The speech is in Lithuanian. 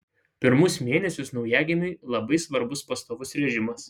pirmus mėnesius naujagimiui labai svarbus pastovus režimas